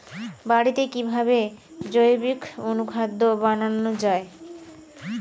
বাড়িতে কিভাবে জৈবিক অনুখাদ্য বানানো যায়?